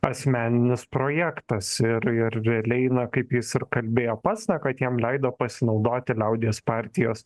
asmeninis projektas ir ir realiai na kaip jis ir kalbėjo pats na kad jam leido pasinaudoti liaudies partijos